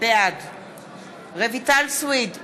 בעד רויטל סויד,